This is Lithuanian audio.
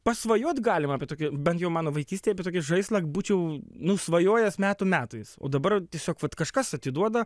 pasvajot galima apie tokį bent jau mano vaikystėje apie tokį žaislą būčiau nu svajojęs metų metais o dabar tiesiog vat kažkas atiduoda